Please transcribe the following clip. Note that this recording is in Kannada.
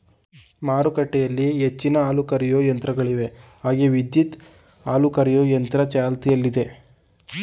ಮಾರುಕಟ್ಟೆಲಿ ಹೆಚ್ಚಿನ ಹಾಲುಕರೆಯೋ ಯಂತ್ರಗಳಿವೆ ಹಾಗೆ ವಿದ್ಯುತ್ ಹಾಲುಕರೆಯೊ ಯಂತ್ರ ಚಾಲ್ತಿಯಲ್ಲಯ್ತೆ